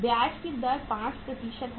ब्याज की दर 5 है